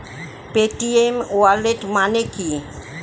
Paytm wallet মানে কি?